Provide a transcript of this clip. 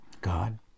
God